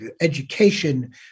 education